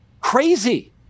crazy